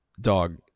Dog